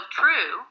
true